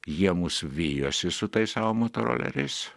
jie mus vijosi su tais savo motoroleriais